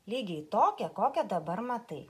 lygiai tokią kokią dabar matai